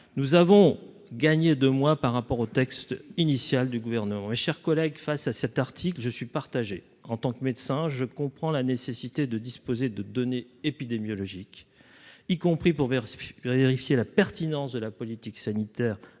Nous avons gagné deux mois par rapport au texte initial du Gouvernement. Mes chers collègues, je suis partagé sur cet article. En tant que médecin, je comprends la nécessité de disposer de données épidémiologiques, y compris pour vérifier la pertinence de la politique sanitaire